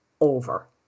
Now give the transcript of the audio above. over